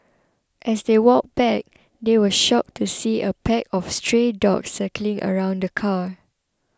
as they walked back they were shocked to see a pack of stray dogs circling around the car